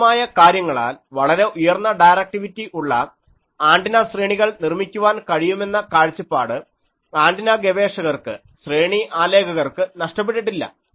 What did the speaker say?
പരിമിതമായ കാര്യങ്ങളാൽ വളരെ ഉയർന്ന ഡയറക്ടിവിറ്റി ഉള്ള ആൻറിന ശ്രേണികൾ നിർമ്മിക്കുവാൻ കഴിയുമെന്ന കാഴ്ചപ്പാട് ആൻറിന ഗവേഷകർക്ക് ശ്രേണി ആലേഖകർക്ക് നഷ്ടപ്പെട്ടിട്ടില്ല